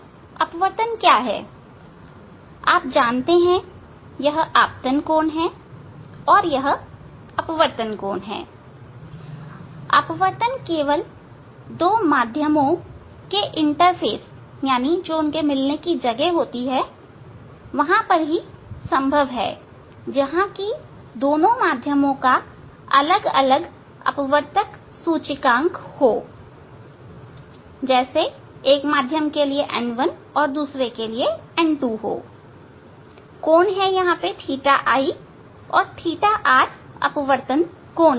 अपवर्तन क्या है आप जानते हैं कि यह आपतन कोण हैं और यह अपवर्तन कोण अपवर्तन केवल दो माध्यमों के इंटरफेस पर ही संभव है जहां दोनों माध्यमों का अलग अपवर्तक सूचकांक n1 और n2 हो कोण है θi θr अपवर्तन कोण है